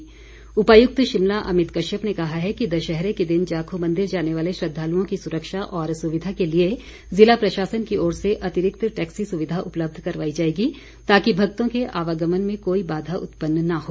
अमित कश्यप उपायुक्त शिमला अमित कश्यप ने कहा है कि दशहरे के दिन जाखू मंदिर जाने वाले श्रद्वालुओं की सुरक्षा और सुविधा के लिए ज़िला प्रशासन की ओर से अतिरिक्त टैक्सी सुविधा उपलब्ध करवाई जाएगी ताकि भक्तों के आवागमन में कोई बाधा उत्पन्न न हो